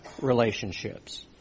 relationships